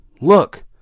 look